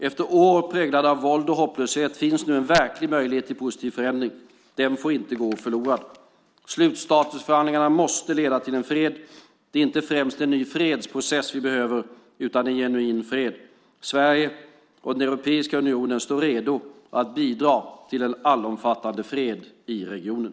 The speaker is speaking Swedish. Efter år präglade av våld och hopplöshet finns nu en verklig möjlighet till positiv förändring. Den får inte gå förlorad. Slutstatusförhandlingarna måste leda till en fred. Det är inte främst en ny fredsprocess vi behöver, utan en genuin fred. Sverige och Europeiska unionen står redo att bidra till en allomfattande fred i regionen.